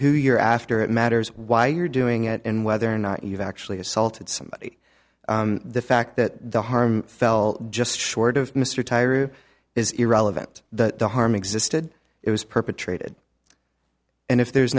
who you're after it matters why you're doing it and whether or not you've actually assaulted somebody the fact that the harm fell just short of mr tire is irrelevant the harm existed it was perpetrated and if there's